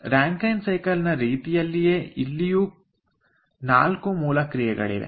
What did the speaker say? Rankine cycle ನ ರೀತಿಯಲ್ಲಿಯೇ ಇಲ್ಲಿಯೂ 4 ಮೂಲ ಕ್ರಿಯೆಗಳಿವೆ